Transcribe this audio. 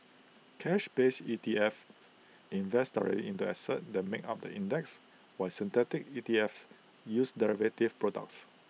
cash based E T F invest directly in the assets that make up the index while synthetic ETFs use derivative products